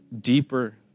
deeper